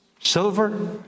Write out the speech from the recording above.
silver